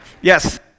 yes